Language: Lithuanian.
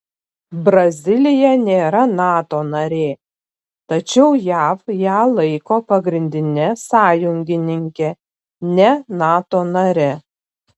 brazilija nėra nato narė tačiau jav ją laiko pagrindine sąjungininke ne nato nare